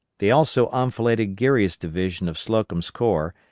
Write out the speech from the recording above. they also enfiladed geary's division of slocum's corps,